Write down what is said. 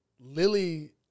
Lily